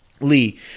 Lee